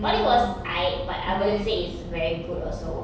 poly was aite but I wouldn't say it's very good also